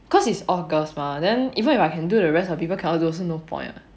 cause it's august mah then even if I can do but the rest of people cannot do also no point ah